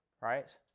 right